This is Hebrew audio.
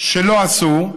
שלא עשו,